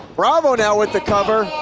bravo now with the cover.